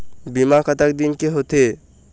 बीमा कतक दिन के होते?